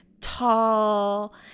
tall